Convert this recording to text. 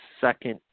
second